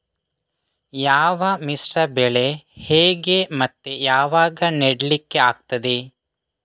ಯಾವ ಮಿಶ್ರ ಬೆಳೆ ಹೇಗೆ ಮತ್ತೆ ಯಾವಾಗ ನೆಡ್ಲಿಕ್ಕೆ ಆಗ್ತದೆ?